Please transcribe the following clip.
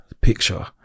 picture